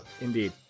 Indeed